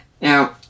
Now